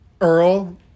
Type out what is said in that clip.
Earl